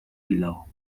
below